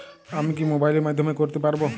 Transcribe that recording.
আমি কি মোবাইলের মাধ্যমে করতে পারব?